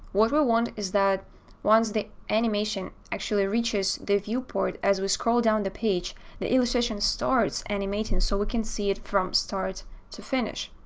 what we want is that once the animation actually reaches the viewport, as we scroll down the page the illustration starts animating, so we can see it from start to finish.